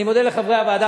אני מודה לחברי הוועדה.